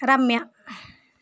Ramya